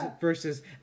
versus